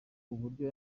uburyo